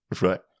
Right